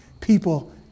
people